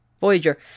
Voyager